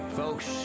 folks